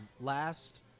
last